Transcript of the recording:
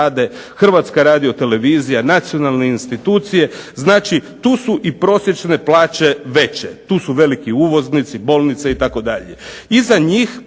Hrvatska radiotelevizija, nacionalne institucije, znači tu su i prosječne plaće veće. Tu su veliki uvoznici, bolnice itd. Iza njih